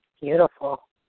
beautiful